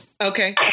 Okay